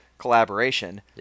collaboration